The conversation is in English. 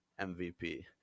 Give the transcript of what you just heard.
MVP